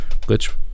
Glitch